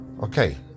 Okay